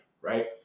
right